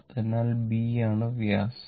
അതിനാൽ ബി ആണ് വ്യാസം